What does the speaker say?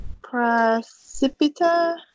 precipita